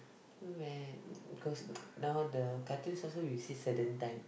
not bad cause now the cartoons also you see certain time